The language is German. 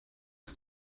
das